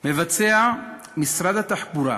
מבצע משרד התחבורה,